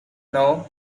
known